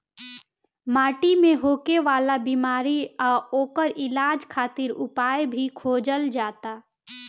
माटी मे होखे वाला बिमारी आ ओकर इलाज खातिर उपाय भी खोजल जाता